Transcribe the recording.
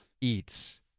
eats